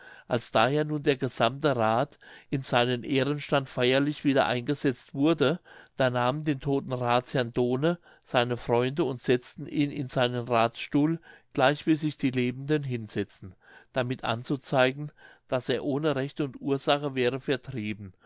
als daher nun der gesammte rath in seinen ehrenstand feierlich wieder eingesetzt wurde da nahmen den todten rathsherrn done seine freunde und setzten ihn in seinen rathsstuhl gleichwie sich die lebenden hinsetzten damit anzuzeigen daß er ohne recht und ursache wäre vertrieben